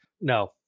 No